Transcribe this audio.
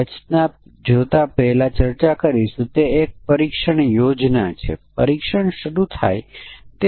હવે ચાલો બીજું ઉદાહરણ જોઈએ એક ફંક્શન આપ્યું છે જે કર્મચારીની ઉંમર વિવિધ કર્મચારીઓની ઉંમર અને તેમની સરેરાશ વય ગણતરી કરે છે